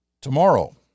Tomorrow